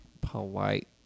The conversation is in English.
polite